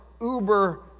uber